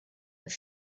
with